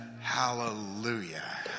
Hallelujah